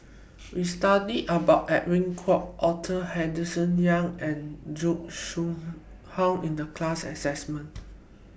We studied about Edwin Koek Arthur Henderson Young and Zhuang Shengtao in The class assignment